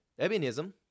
Ebionism